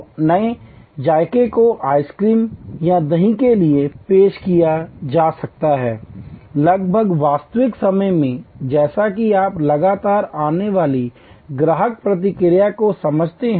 तो नए जायके को आइसक्रीम या दही के लिए पेश किया जा सकता है लगभग वास्तविक समय में जैसा कि आप लगातार आने वाली ग्राहक प्रतिक्रिया को समझते हैं